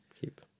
keep